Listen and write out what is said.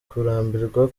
kurambirwa